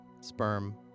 sperm